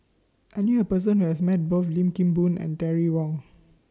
I knew A Person Who has Met Both Lim Kim Boon and Terry Wong